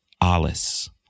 Alice